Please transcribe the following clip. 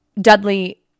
Dudley